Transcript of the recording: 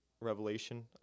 revelation